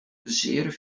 zeer